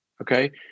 okay